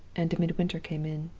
and midwinter came in.